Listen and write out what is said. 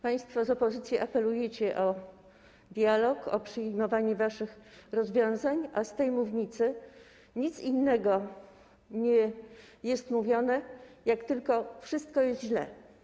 Państwo z opozycji apelujecie o dialog, o przyjmowanie waszych rozwiązań, a z tej mównicy nic innego nie jest mówione, jak tylko: wszystko jest źle.